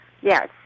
yes